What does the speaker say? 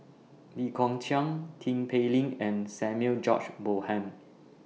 Lee Kong Chian Tin Pei Ling and Samuel George Bonham